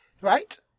Right